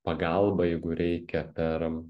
pagalbą jeigu reikia per